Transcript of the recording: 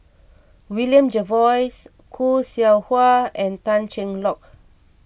William Jervois Khoo Seow Hwa and Tan Cheng Lock